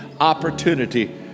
opportunity